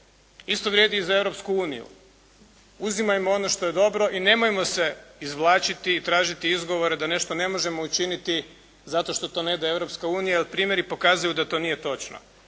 Isto vrijedi i za Europsku uniju. Uzimajmo ono što je dobro i nemojmo se izvlačiti i tražiti izgovore da nešto ne možemo učiniti, zato što to ne da Europska unija, jer primjeri ne pokazuju da to nije točno.